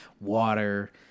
water